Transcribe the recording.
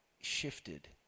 shifted